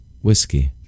whiskey